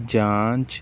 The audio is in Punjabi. ਜਾਂਚ